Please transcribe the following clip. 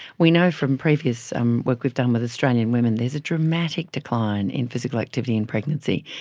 we know from previous um work we've done with australian women, there is a dramatic decline in physical activity in pregnancy.